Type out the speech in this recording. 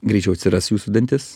greičiau atsiras jūsų dantis